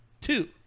two